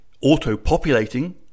auto-populating